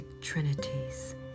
trinities